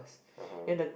(uh huh)